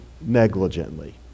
negligently